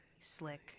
Slick